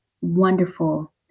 wonderful